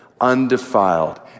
undefiled